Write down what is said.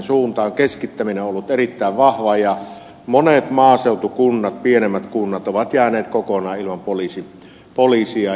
keskittäminen on ollut erittäin vahvaa ja monet maaseutukunnat pienemmät kunnat ovat jääneet kokonaan ilman poliisia